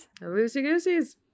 Loosey-gooseys